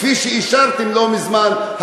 כפי שאישרתם לא מזמן,